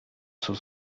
sus